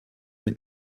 mit